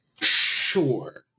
Sure